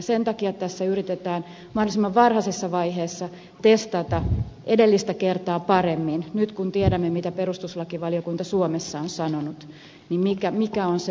sen takia tässä yritetään mahdollisimman varhaisessa vaiheessa testata edellistä kertaa paremmin nyt kun tiedämme mitä perustuslakivaliokunta suomessa on sanonut mikä on se ulospääsytie